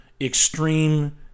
extreme